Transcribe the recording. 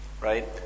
right